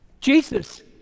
Jesus